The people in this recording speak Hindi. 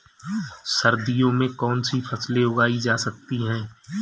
सर्दियों में कौनसी फसलें उगाई जा सकती हैं?